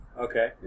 Okay